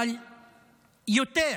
אבל יותר.